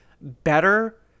better